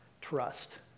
trust